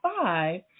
five